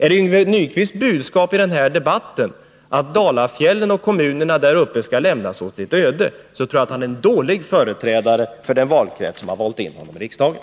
Är Ynge Nyquists budskap i den här debatten att Dalafjällen och kommunerna där uppe skall lämnas åt sitt öde, då tror jag att han är en dålig företrädare för den valkrets som har valt in honom i riksdagen.